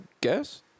guess